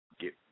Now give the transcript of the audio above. get